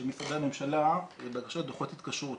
משרדי הממשלה לבקשות לדוחות התקשרות.